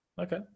Okay